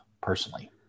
personally